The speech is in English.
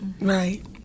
Right